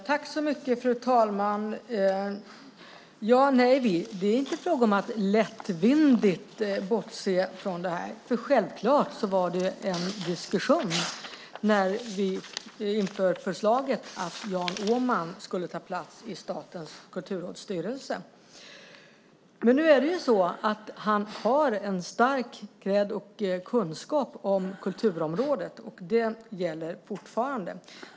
Fru talman! Det är inte frågan om att lättvindigt bortse från det här. Självfallet fördes en diskussion inför förslaget att Jan Åman skulle ta plats i Statens kulturråds styrelse. Men nu är det så att han har stark kredd och kunskap om kulturområdet, och det gäller fortfarande.